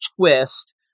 twist